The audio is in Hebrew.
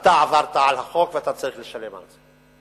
אתה עברת על החוק, ואתה צריך לשלם על זה.